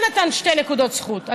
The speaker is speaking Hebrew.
כן נתן שתי נקודות זכות,